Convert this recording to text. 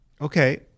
okay